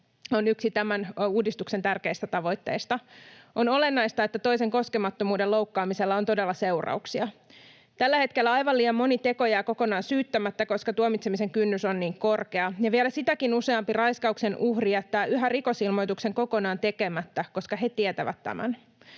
on yksi tämän uudistuksen tärkeistä tavoitteista. On olennaista, että toisen koskemattomuuden loukkaamisella on todella seurauksia. Tällä hetkellä aivan liian moni teko jää kokonaan syyttämättä, koska tuomitsemisen kynnys on niin korkea, ja vielä sitäkin useampi raiskauksen uhri jättää yhä rikosilmoituksen kokonaan tekemättä, koska he tietävät tämän.